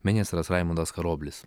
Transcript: ministras raimundas karoblis